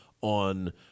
on